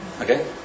okay